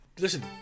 listen